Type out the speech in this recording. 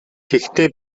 тэгэхдээ